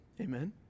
Amen